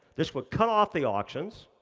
this would cut off the auctions,